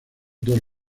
dos